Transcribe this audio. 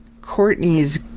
Courtney's